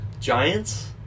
Giants